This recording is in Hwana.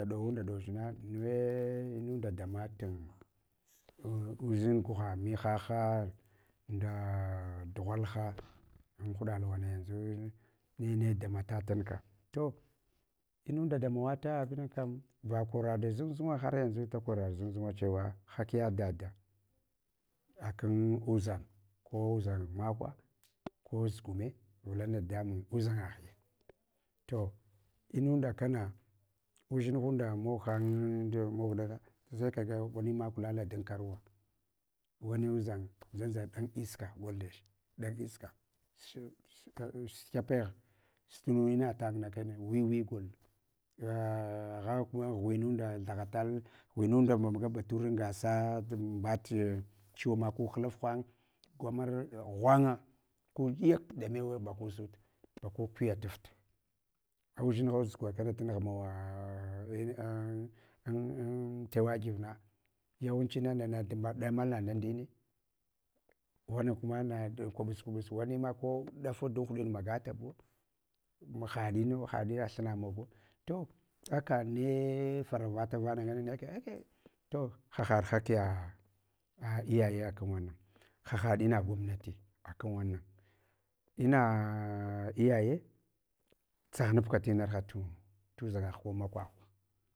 Dawunda ɗowuchna, nu we inunda damatin udʒin mukuha muhaha nda dughalha anhuɗa ruwa yanʒu, nene damat tunka. To inunda damawata abinankam va koraɗa zunzunga haryaʒu da koraɗ zung zunga chewa hakya dada, akan uʒang ko uʒan makwa ko zugume, vulana dadamun uʒangaghiya. To inunda kana udʒinhunda mog hang mog ɗa kana, sai kaga wani maku lala dan karwa wani udʒang ndʒandʒan dan iska gol ndoch dan iska su kyapegh, su tu nu inatangna kana wiwi gol, a agha kuma ghuenunda thahatae ghuenunda ma maga bature anga sat mɓat chiwoma ku hlafhang, kamar ghwanga ku yak da mewa bagu suta baku kuyatafta. Udʒinha zuga kana tangh mawa an tewagiv na yawanchin nana tumbaɗ ɗamal na nda ndine wana kuna na kuɓus kubus, wanima ko ɗafa dun huʃin magatubu haɗ inuw ha thuma moguwa. To aka ne farara vata vana ngane aka, aka. To hahaɗ hkiya iyaye akan wannan, hahaɗ ina gwamnati akan wannan, ina iyaye, tsaghanabka ka tinar ha tuʒangagh ko makwagh.